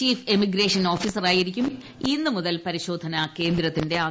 chief immigration ഓഫീസറായിരിക്കും ഇന്ന് മുതൽ പരിശോധനാ കേന്ദ്രത്തിന്റെ അധികാരി